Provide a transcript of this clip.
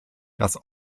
das